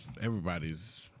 Everybody's